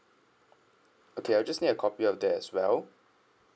okay I'll just need a copy of that as well